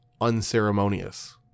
unceremonious